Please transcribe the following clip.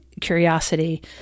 curiosity